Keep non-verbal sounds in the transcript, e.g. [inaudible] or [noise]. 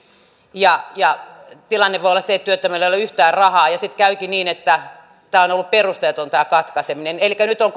ja ja tilanne voi olla se että työttömällä ei ole yhtään rahaa ja ja sitten käykin niin että tämä katkaiseminen on ollut perusteeton elikkä nyt on [unintelligible]